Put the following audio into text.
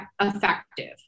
effective